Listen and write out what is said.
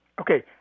Okay